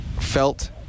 felt